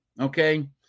Okay